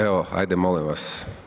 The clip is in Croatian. Evo, ajde, molim vas.